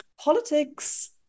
politics